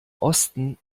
osten